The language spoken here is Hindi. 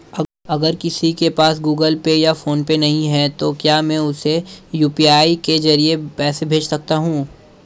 अगर किसी के पास गूगल पे या फोनपे नहीं है तो क्या मैं उसे यू.पी.आई के ज़रिए पैसे भेज सकता हूं?